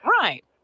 Right